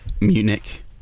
Munich